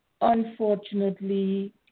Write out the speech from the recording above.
unfortunately